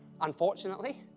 Unfortunately